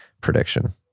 prediction